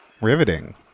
Riveting